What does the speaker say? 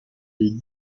les